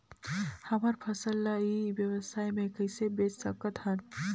हमर फसल ल ई व्यवसाय मे कइसे बेच सकत हन?